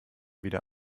wieder